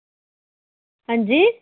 हां जी